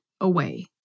away